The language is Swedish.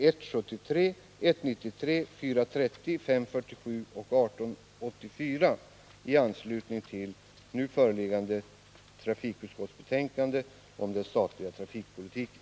193, 430, 547 och 1884, som behandlas i trafikutskottets betänkande om den statliga trafikpolitiken.